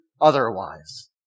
otherwise